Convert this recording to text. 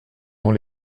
dans